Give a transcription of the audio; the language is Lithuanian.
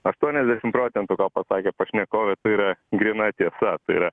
aštuoniasdešimt procentų ką pasakė pašnekovė tai yra gryna tiesa tai yra